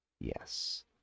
Yes